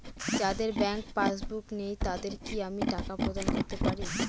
যাদের bank passbook নেই তাদের কি আমি টাকা প্রদান করতে পারি?